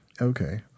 Okay